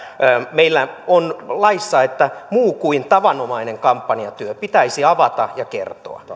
meillä on laissa että muu kuin tavanomainen kampanjatyö pitäisi avata